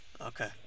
Okay